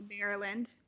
Maryland